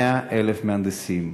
100,000 מהנדסים.